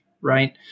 right